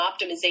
optimization